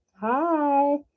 hi